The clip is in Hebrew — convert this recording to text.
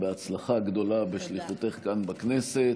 והצלחה גדולה בשליחותך כאן בכנסת.